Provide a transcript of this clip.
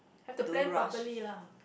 have to plan properly lah